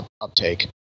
uptake